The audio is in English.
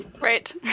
Right